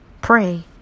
Pray